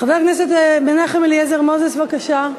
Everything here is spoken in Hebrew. חבר הכנסת מנחם אליעזר מוזס, בבקשה.